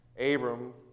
Abram